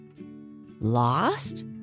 Lost